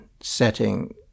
setting